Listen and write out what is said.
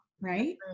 right